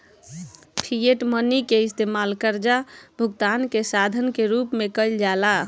fiat money के इस्तमाल कर्जा भुगतान के साधन के रूप में कईल जाला